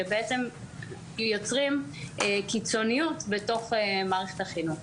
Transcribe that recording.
שבעצם יוצרים קיצוניות בתוך מערכת החינוך.